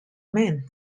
man